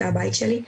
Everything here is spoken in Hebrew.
זה הבית שלי.